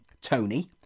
tony